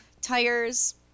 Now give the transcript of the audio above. Tires